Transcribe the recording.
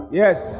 yes